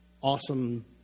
awesome